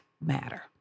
matter